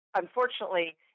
unfortunately